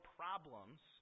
problems